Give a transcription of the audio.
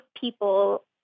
people